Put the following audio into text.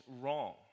wrong